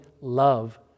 love